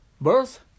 birth